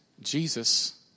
Jesus